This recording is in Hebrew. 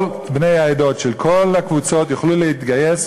כל בני העדות של כל הקבוצות יוכלו להתגייס,